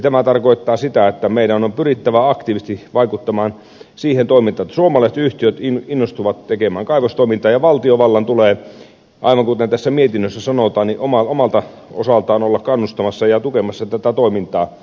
tämä tarkoittaa sitä että meidän on pyrittävä aktiivisti vaikuttamaan siihen toimintaan että suomalaiset yhtiöt innostuvat tekemään kaivostoimintaa ja valtiovallan tulee aivan kuten tässä mietinnössä sanotaan omalta osaltaan olla kannustamassa ja tukemassa tätä toimintaa